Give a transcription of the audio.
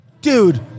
Dude